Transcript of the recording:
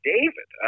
David